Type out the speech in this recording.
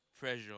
pressure